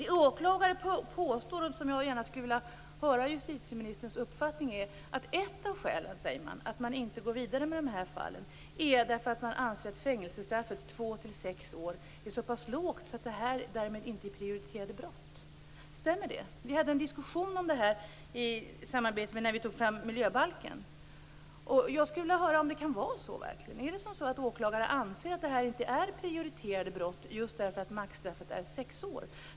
Det åklagare påstår, och som jag gärna skulle vilja höra justitieministerns uppfattning om, är att ett av skälen till att man inte går vidare med de här fallen är att man anser att fängelsestraffet två-sex år är så pass lågt att det därmed inte är prioriterade brott. Stämmer det? Vi hade en diskussion om det här i samband med att vi tog fram miljöbalken. Jag skulle vilja höra om det verkligen kan vara så. Är det så att åklagare anser att detta inte är prioriterade brott just för att maximistraffet är sex år?